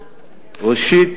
ראשית,